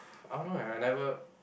I don't know eh I never